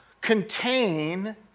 contain